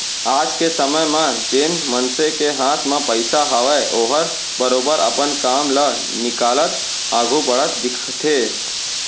आज के समे म जेन मनसे के हाथ म पइसा हावय ओहर बरोबर अपन काम ल निकालत आघू बढ़त दिखथे